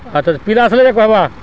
ଆଚ୍ଛା ପିଲା ଆସଲେ ଯାଇ କହେବା